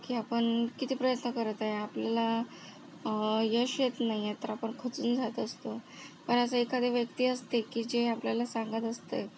की आपण किती प्रयत्न करत आहे की आपल्याला यश येत नाहीये तर आपण खचून जात असतो पण असा एखादा व्यक्ती असते की जे आपल्याला सांगत असते